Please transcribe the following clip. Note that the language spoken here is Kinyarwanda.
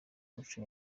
muco